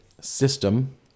system